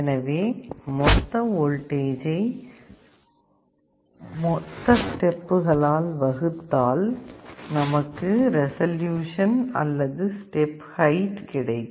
எனவே மொத்த வோல்டேஜை டோட்டல் நம்பர் ஆப் ஸ்டெப்சால் வகுத்தால் நமக்கு ரெசல்யூசன் அல்லது ஸ்டெப் ஹைட் கிடைக்கும்